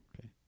Okay